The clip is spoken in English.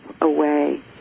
away